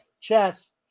chess